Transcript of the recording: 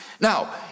Now